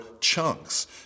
chunks